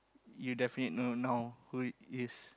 you definitely know now who it is